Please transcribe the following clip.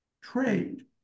trade